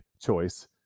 choice